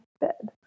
bed